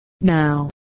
Now